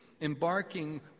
embarking